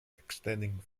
extending